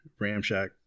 ramshack